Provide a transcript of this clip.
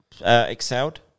excelled